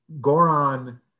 Goran